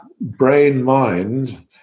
brain-mind